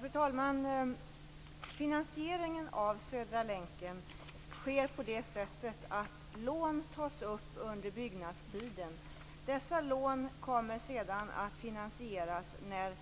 Fru talman! Finansieringen av Södra länken sker på det sättet att lån tas upp under byggnadstiden. Dessa lån kommer sedan att finansieras när